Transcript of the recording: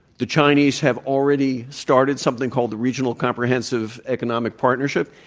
the chinese have already started something called the regional comprehensive economic partnership,